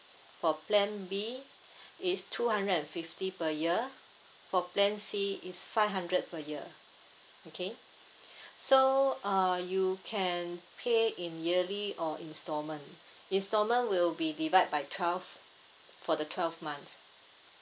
for plan B is two hundred and fifty per year for plan C is five hundred per year okay so uh you can pay in yearly or instalment instalment will be divide by twelve for the twelve months